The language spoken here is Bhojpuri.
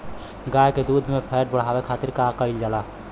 गाय के दूध में फैट बढ़ावे खातिर का कइल जाला?